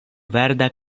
verda